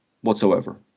whatsoever